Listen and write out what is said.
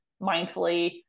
mindfully